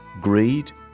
greed